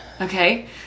Okay